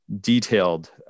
detailed